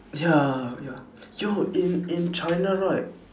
ya ya yo in in china right